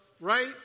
right